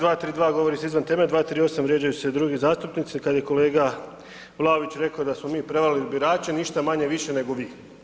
232. govori se izvan teme, 238. vrijeđaju se drugi zastupnici kad je kolega Vlaović rekao da smo mi prevarili birače, ništa manje-više nego vi.